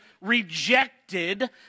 rejected